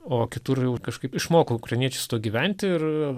o kitur jau kažkaip išmoko ukrainiečiai su tuo gyventi ir